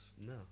No